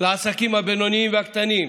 לעסקים הבינוניים והקטנים,